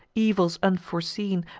evils unforeseen,